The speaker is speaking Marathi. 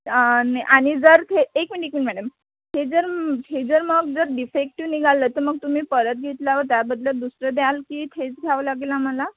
आणि आणि जर खे एक मिन एक मिन मॅडम हे जर हे जर मग जर डिफेक्टिव निघालं तर मग तुम्ही परत घेतल्यावर त्या बदल्यात दुसरं द्याल की तेच घ्यावं लागेल आम्हाला